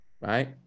right